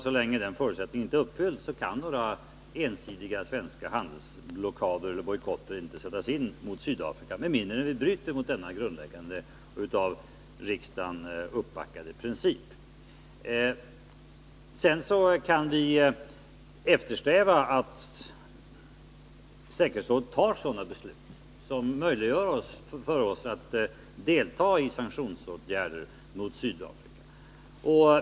Så länge den förutsättningen inte är uppfylld kan några ensidiga svenska handelsblockader eller bojkotter inte sättas in mot Sydafrika med mindre än att vi bryter mot grundläggande och av riksdagen fastslagna principer. Vi bör naturligtvis eftersträva att säkerhetsrådet fattar sådana beslut som möjliggör för oss att delta i sanktionsåtgärder mot Sydafrika.